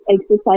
exercise